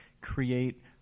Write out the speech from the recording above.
create